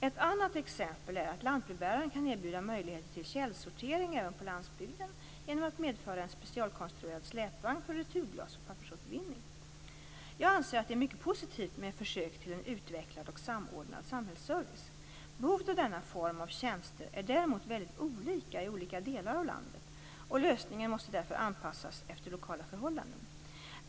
Ett annat exempel är att lantbrevbäraren kan erbjuda möjligheter till källsortering även på landsbygden genom att medföra en specialkonstruerad släpvagn för returglas och pappersåtervinning. Jag anser att det är mycket positivt med försök till en utvecklad och samordnad samhällsservice. Behovet av denna form av tjänster är däremot väldigt olika i olika delar av landet och lösningarna måste därför anpassas efter lokala förhållanden.